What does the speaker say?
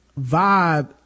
vibe